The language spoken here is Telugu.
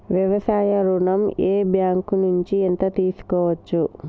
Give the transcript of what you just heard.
వ్యవసాయ ఋణం ఏ బ్యాంక్ నుంచి ఎంత తీసుకోవచ్చు?